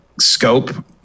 scope